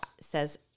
says